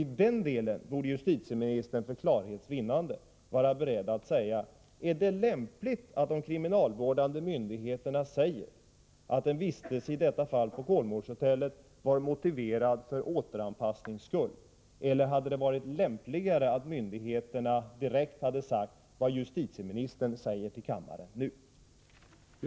I den delen borde justitieministern för klarhets vinnande vara beredd att svara på om det är lämpligt att de kriminalvårdande myndigheterna säger att en vistelse — som i detta fall på Kolmårdshotellet — var motiverad för återanpassnings skull, när det uppenbarligen inte var så, eller om det hade varit lämpligare att myndigheterna direkt hade sagt vad justitieministern säger till kammaren nu.